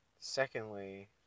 Secondly